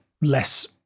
less